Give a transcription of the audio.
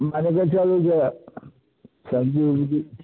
मानिके चलू जे सब्जी उब्जी